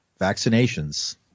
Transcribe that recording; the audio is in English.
vaccinations